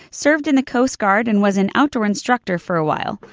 served in the coast guard and was an outdoor instructor for a while,